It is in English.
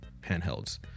handhelds